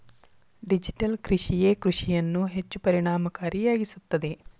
digital ಕೃಷಿಯೇ ಕೃಷಿಯನ್ನು ಹೆಚ್ಚು ಪರಿಣಾಮಕಾರಿಯಾಗಿಸುತ್ತದೆ